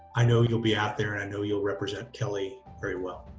i know you'll be out there, and i know you'll represent kelley very well.